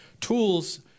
Tools